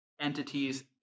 Entities